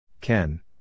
Ken